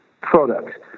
product